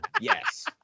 yes